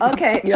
Okay